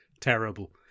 terrible